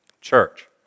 Church